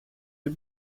you